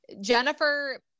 jennifer